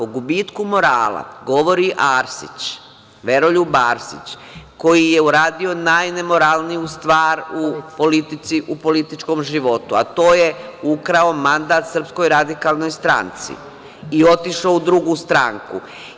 O gubitku morala govori Arsić, Veroljub Arsić koji je uradio najnemoralniju stvar u političkom životu, a to je ukrao mandat SRS i otišao u drugu stranku.